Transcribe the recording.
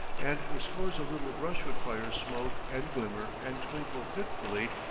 and the scores of little brushwood fires smoke and glimmer and twinkle fitfully,